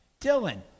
Dylan